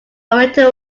oriented